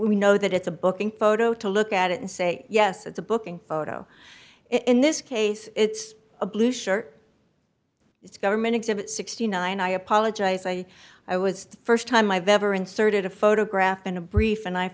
we know that it's a booking photo to look at it and say yes it's a booking photo in this case it's a blue shirt it's government exhibit sixty nine i apologize i i was the st time i've ever inserted a photograph in a brief and i